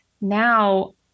now